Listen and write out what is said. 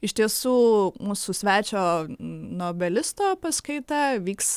iš tiesų mūsų svečio nobelisto paskaita vyks